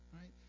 Right